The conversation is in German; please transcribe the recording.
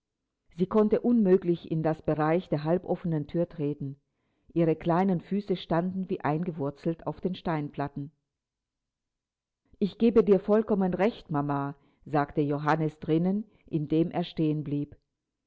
sie konnte unmöglich in das bereich der halboffenen thür treten ihre kleinen füße standen wie eingewurzelt auf den steinplatten ich gebe dir vollkommen recht mama sagte johannes drinnen indem er stehen blieb